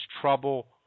trouble